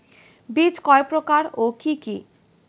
বীজ কয় প্রকার ও কি কি?